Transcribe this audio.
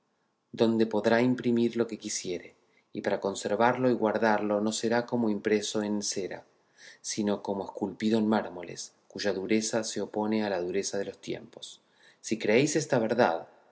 donde podrá imprimir lo que quisiere y para conservarlo y guardarlo no será como impreso en cera sino como esculpido en mármoles cuya dureza se opone a la duración de los tiempos si creéis esta verdad